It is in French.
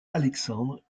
alexandre